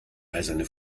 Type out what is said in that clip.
eiserne